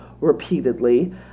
repeatedly